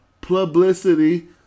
publicity